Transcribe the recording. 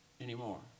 anymore